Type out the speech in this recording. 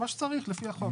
מה שצריך לפי החוק,